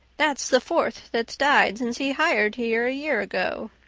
that's the fourth that's died since he hired here a year ago.